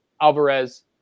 alvarez